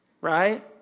Right